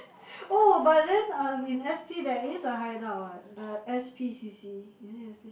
oh but then uh in s_p there is a hideout what the s_p_c_c is it s_p